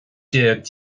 déag